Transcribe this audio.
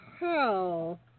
hell